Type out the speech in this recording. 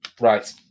right